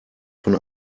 von